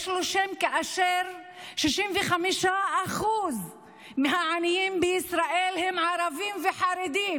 יש לו שם כאשר 65% מהעניים בישראל הם ערבים וחרדים,